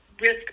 risk